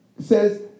says